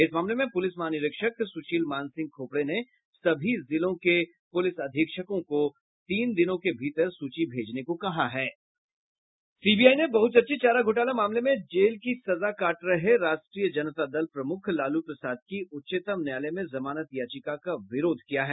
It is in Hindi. इस मामले में पुलिस महानिरीक्षक सुशील मानसिंह खोपड़े ने सभी जिलों के पुलिस अधीक्षक को तीन दिनों के भीतर सूची भेजने को कहा है सीबीआई ने बहुचर्चित चारा घोटाले मामले में जेल की सजा काट रहे राष्ट्रीय जनता दल प्रमुख लालू प्रसाद की उच्चतम न्यायालय में जमानत याचिका का विरोध किया है